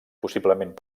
possiblement